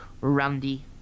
Randy